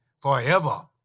forever